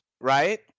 right